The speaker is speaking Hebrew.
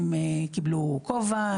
הם קיבלו כובע,